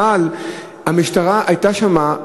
אבל המשטרה הייתה שם.